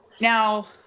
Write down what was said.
now